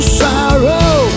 sorrow